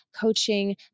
coaching